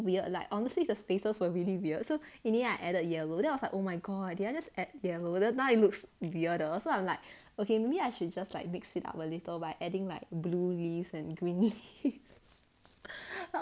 weird like honestly the spaces were really weird so meaning I added yellow then I was like oh my god did I just add yellow then now it looks weirder so I'm like okay maybe I should just like mix it up a little by adding like blue leaves and green leaves